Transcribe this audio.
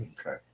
Okay